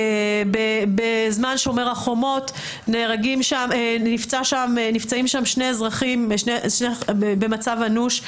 בזמן שומר חומות נפצעים שם שני אזרחים במצב אנוש.